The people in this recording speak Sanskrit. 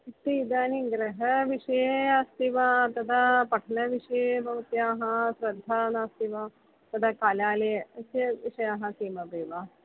किंतु इदानीं गृहविषये अस्ति वा तदा पठनविषये भवत्याः श्रद्धा नास्ति वा तदा कलालयस्य विषये विषयाः किमपि वा